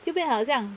就变成好像